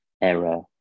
error